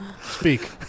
speak